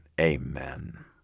amen